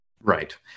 Right